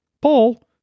Paul